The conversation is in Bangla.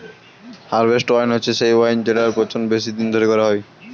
হারভেস্ট ওয়াইন হচ্ছে সেই ওয়াইন জেটার পচন বেশি দিন ধরে করা হয়